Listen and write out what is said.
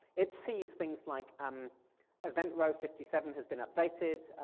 it sees things like um event row fifty seven has been updated.